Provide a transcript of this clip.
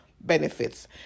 benefits